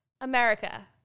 America